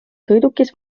sõidukis